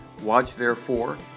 watchtherefore